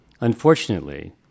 Unfortunately